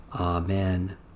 Amen